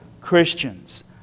Christians